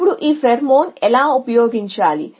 ఇప్పుడు ఈ ఫేర్మోన్ను ఎలా ఉపయోగించాలి